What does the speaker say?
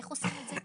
איך עושים את זה?